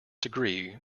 degree